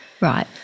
Right